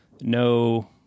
no